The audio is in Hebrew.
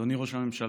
אדוני ראש הממשלה,